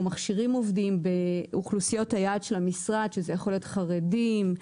מכשירים עובדים באוכלוסיות היעד של המשרד שזה יכול להיות חרדים,